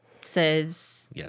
says